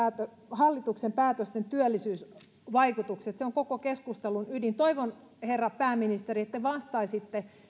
hallituksen päätösten työllisyysvaikutukset se on koko keskustelun ydin toivon herra pääministeri että te vastaisitte minkälaisia työllisyysvaikutuksia